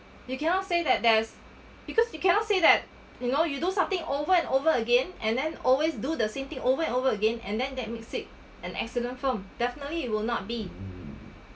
you cannot say that there's because you cannot say that you know you do something over and over again and then always do the same thing over and over again and then that makes it an accident firm definitely it will not be